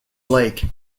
lake